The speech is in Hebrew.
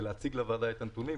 להציג לוועדה את הנתונים.